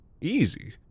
Easy